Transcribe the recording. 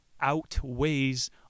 outweighs